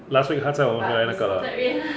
last week 他驾我们回来那个 lah